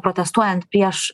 protestuojant prieš